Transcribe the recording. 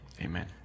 Amen